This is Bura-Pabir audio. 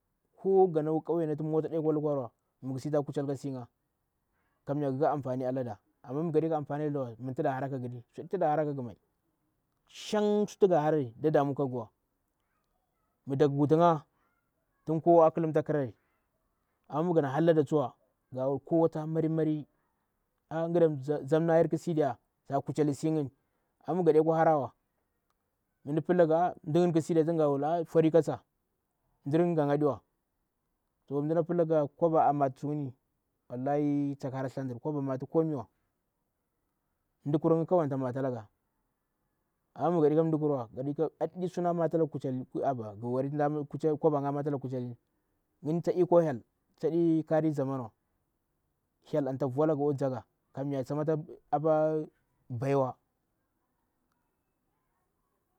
Koo gana kwa kauye tu mwato dekwa lukwarwa mighu sii mda kuchelli ka siiyinga. Kammaya gaka anfani alada. amma mighu deka anfani ledawa manti dahara kaghuni, so ɗiti dahara kagmai. Shang sutu ga harari da damu kagwa mi dak wutiga tumkowa a kilinta khirari. Amma mighana hallada tsuwa gawuti do marmari ah nghuza zam nayar khusii diya, da kuchelir sinyinga ni amma migha dekwar hararwa mi mda pillaga mda ngni khisri diya tin a wula ah fori ka tsa mdir gha nga adiwa so mda pillaga koba aah matu su ngini wallahi takhi hara tsthandr koɓa mati komaiwa, mdikurung kawau anta matalaga; amma migha deka mili kurwa ghiwari tu koba amata laga kuchelini ngni ta iƙon hyel tadi karin zamanwa hyel anta voalaga akwa ndzaga tsama apaah baiwa.